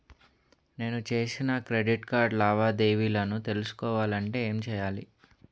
నేను చేసిన credit card లావాదేవీలను తెలుసుకోవాలంటే ఏం చేయాలి?